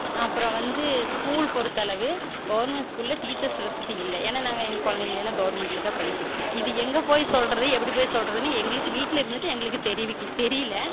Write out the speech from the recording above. அப்பறம் வந்து ஸ்கூல் பொருத்தளவு கவுர்மெண்ட் ஸ்கூலில் டீச்சர்ஸ் வசதி இல்லை ஏன்னா நாங்கள் எங்க கொழந்தைங்கள எல்லாம் கவர்மெண்ட்டில் தான் படிக்க வைக்கிறோம் இது எங்கே போய் சொல்கிறது எப்படி போய் சொல்கிறதுனு எங்களுக்கு வீட்டில் இருந்துகிட்டு எங்களுக்கு தெரிவிக்க தெரியல